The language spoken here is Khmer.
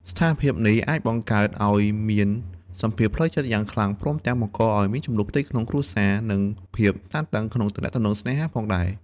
ស្ថានភាពនេះអាចបង្កើតឲ្យមានសម្ពាធផ្លូវចិត្តយ៉ាងខ្លាំង ព្រមទាំងបង្កឲ្យមានជម្លោះផ្ទៃក្នុងគ្រួសារ និងភាពតានតឹងក្នុងទំនាក់ទំនងស្នេហាផងដែរ។